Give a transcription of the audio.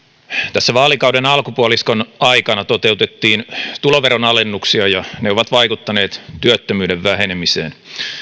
tässä vaalikauden alkupuoliskon aikana toteutettiin tuloveron alennuksia ja ne ovat vaikuttaneet työttömyyden vähenemiseen